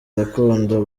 gakondo